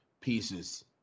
pieces